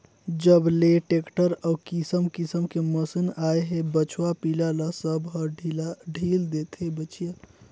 जब ले टेक्टर अउ किसम किसम के मसीन आए हे बछवा पिला ल सब ह ढ़ील देथे, बछिया हर गाय बयन जाथे अउ जनमथे ता दूद देथे